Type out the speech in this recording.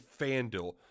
FanDuel